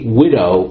widow